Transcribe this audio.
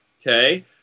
okay